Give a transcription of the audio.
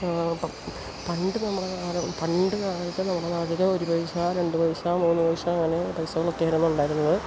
പണ്ട് നമ്മള് പണ്ട് കാലത്തെ നമ്മളുടെ നാട്ടിലെ ഒരു പൈസ രണ്ട് പൈസ മൂന്ന് പൈസ അങ്ങനെ പൈസകളൊക്കെ ആയിരുന്നു ഉണ്ടായിരുന്നത്